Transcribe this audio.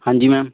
ਹਾਂਜੀ ਮੈਮ